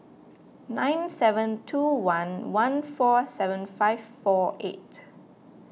nine seven two one one four seven five four eight